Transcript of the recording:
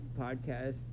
podcast